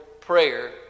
prayer